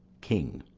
king.